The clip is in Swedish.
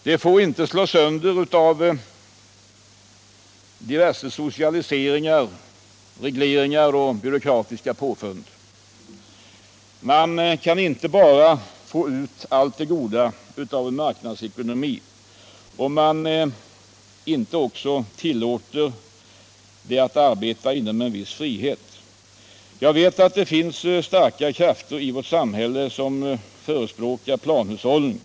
Det får inte slås sönder av diverse socialiseringar, regleringar och byråkratiska påfund. Man kan inte bara få ut allt det goda av en marknadsekonomi om man inte också tillåter den att arbeta med en viss frihet. Jag vet att det finns starka krafter i vårt samhälle som förespråkar planhushållning.